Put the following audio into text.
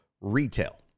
retail